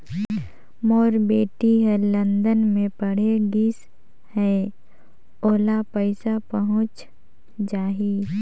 मोर बेटी हर लंदन मे पढ़े गिस हय, ओला पइसा पहुंच जाहि?